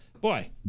Boy